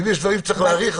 אם יש דברים שצריך להאריך,